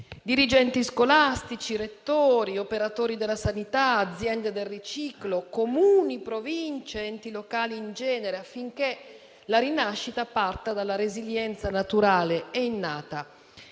dirigenti scolastici, rettori, operatori della sanità, aziende del riciclo, Comuni, Province, enti locali in genere, affinché la rinascita parta dalla resilienza naturale e innata